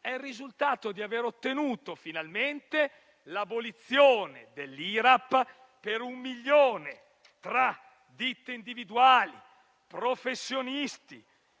è aver ottenuto finalmente l'abolizione dell'IRAP per un milione tra ditte individuali, professionisti